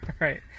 right